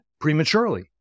prematurely